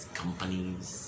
companies